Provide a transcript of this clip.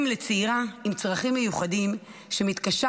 אם לצעירה עם צרכים מיוחדים שמתקשה